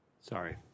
Sorry